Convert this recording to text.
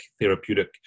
therapeutic